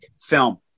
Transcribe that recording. film